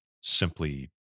simply